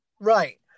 Right